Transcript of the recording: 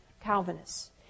Calvinists